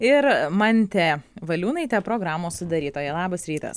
ir mantė valiūnaitė programos sudarytoja labas rytas